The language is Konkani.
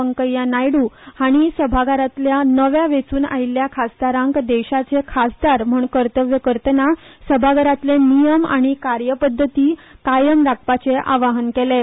वेंकय्या नायडू हांणी सभाघरांतल्या नव्यान वेंचून आयिल्ल्या खासदारांक देशाचे खासदार म्हणून कर्तव्य करतना सभाघरांतले नेम आनी कार्यपद्दती कायम राखपाचे आवाहन केलें